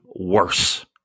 worse